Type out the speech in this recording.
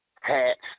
hats